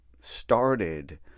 started